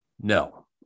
no